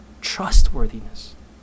Trustworthiness